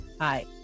Hi